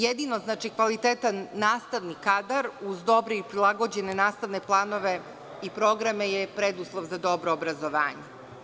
Jedino kvalitetan nastavni kadar, uz dobre i prilagođene nastavne planove i programe je preduslov za dobro obrazovanje.